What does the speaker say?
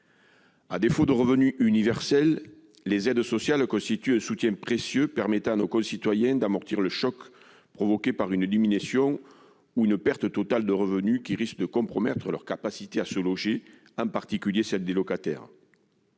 À défaut de revenu universel, les aides sociales constituent un soutien précieux permettant à nos concitoyens d'amortir le choc provoqué par une diminution ou une perte totale de revenus qui risque de compromettre, en particulier lorsqu'ils sont locataires,